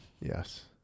Yes